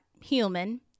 human